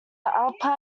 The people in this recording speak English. alpine